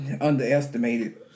underestimated